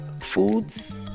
foods